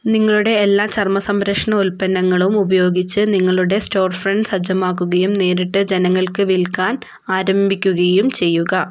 നിങ്ങളുടെ എല്ലാ ചർമ്മസംരക്ഷണ ഉൽപ്പന്നങ്ങളും ഉപയോഗിച്ച് നിങ്ങളുടെ സ്റ്റോർ ഫ്രണ്ട് സജ്ജമാക്കുകയും നേരിട്ട് ജനങ്ങൾക്ക് വിൽക്കാൻ ആരംഭിക്കുകയും ചെയ്യുക